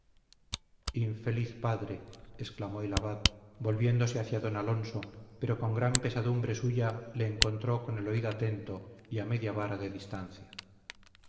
feliz padre exclamó el abad volviéndose hacia don alonso pero con gran pesadumbre suya le encontró con el oído atento y a media vara de distancia